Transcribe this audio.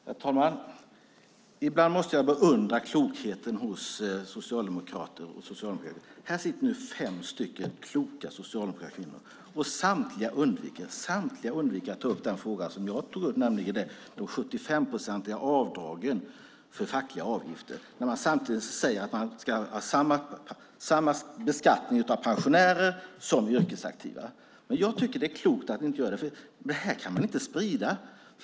Herr talman! Ibland måste jag beundra klokheten hos socialdemokrater och socialdemokratin. Här sitter nu fem stycken kloka socialdemokratiska kvinnor. Samtliga undviker att ta upp den fråga som jag tog upp, nämligen de 75-procentiga avdragen för fackliga avgifter. Samtidigt säger man att man ska ha samma beskattning av pensionärer som av yrkesaktiva. Jag tycker att det är klokt att inte göra så. Det här kan man inte sprida.